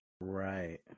right